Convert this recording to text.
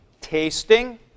tasting